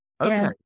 okay